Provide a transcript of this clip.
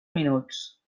minuts